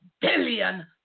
billion